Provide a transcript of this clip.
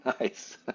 nice